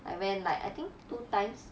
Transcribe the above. I went like I think two times